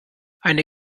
eine